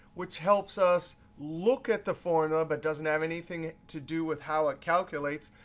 which helps us look at the formula, but doesn't have anything to do with how it calculates.